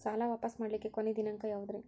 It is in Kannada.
ಸಾಲಾ ವಾಪಸ್ ಮಾಡ್ಲಿಕ್ಕೆ ಕೊನಿ ದಿನಾಂಕ ಯಾವುದ್ರಿ?